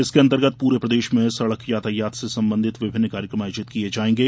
इसके अंतर्गत पूरे प्रदेष में सड़क यातायात से संबंधित विभिन्न कार्यक्रम आयोजित किये जाएंगे